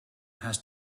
has